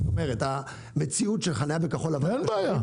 זאת אומרת אין בעיה.